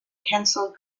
kensal